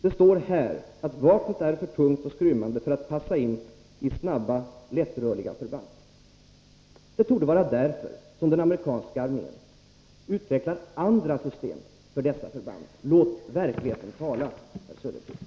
Det står i svaret: ”Vapnet är för tungt och skrymmande för att passa in i snabba, lättrörliga förband.” Det torde vara därför som den amerikanska armén utvecklar andra system för dessa förband. Låt verkligheten tala, Oswald Söderqvist!